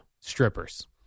strippers